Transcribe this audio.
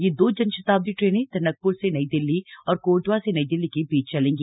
यह दो जन शताब्दी ट्रेनें टनकपुर से नई दिल्ली और कोटद्वार से नई दिल्ली के बीच चलेंगी